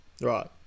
Right